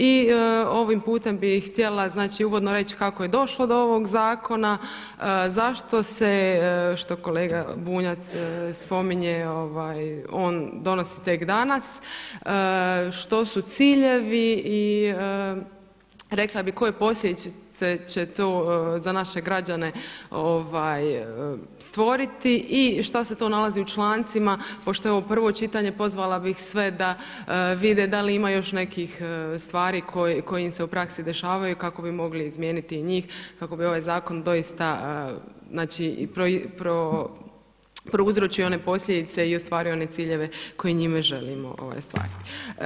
I ovim putem bih htjela, znači uvodno reći kako je došlo do ovog zakona, zašto se što kolega Bunjac spominje on donosi tek danas, što su ciljevi i rekla bih koje posljedice će to za naše građane stvoriti i šta se to nalazi u člancima pošto je ovo prvo čitanje pozvala bih sve da vide da li ima još nekih stvari koje im se u praksi dešavaju kako bi mogle izmijeniti njih, kako bi ovaj zakon doista znači prouzročio one posljedice i ostvario one ciljeve koje njime želimo ostvariti.